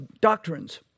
doctrines